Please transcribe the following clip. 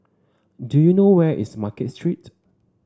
do you know where is Market Street